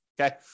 Okay